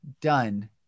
done